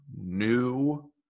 new